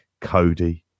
Cody